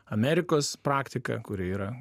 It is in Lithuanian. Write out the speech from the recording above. amerikos praktiką kuri yra